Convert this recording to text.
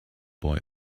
boy